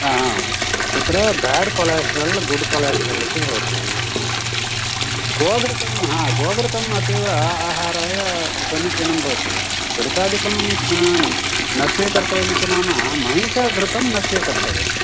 आ आ तत्र बोड् कोलास्ट्रल् गुड् कोलास्ट्रल् इति भवति गोघृतम् हा गोघृतम् अतीव आहाराय समीचीनं भवति घृतादिकं न स्वीकर्तव्यम् इति नाम महिषघृतं न स्वीकर्तव्यम्